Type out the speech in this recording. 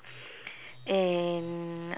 and